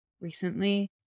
recently